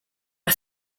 are